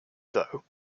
though